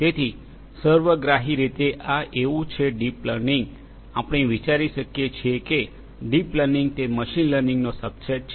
તેથી સર્વગ્રાહી રીતે આ એવું છે ડીપ લર્નિંગ આપણે વિચારી શકીએ છીએ કે ડીપ લર્નિંગ તે મશીન લર્નિંગનો સબસેટ છે